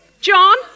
John